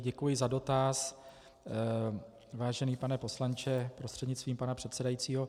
Děkuji za dotaz, vážený pane poslanče prostřednictvím pana předsedajícího.